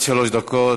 בבקשה, עד שלוש דקות.